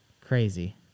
Crazy